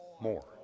more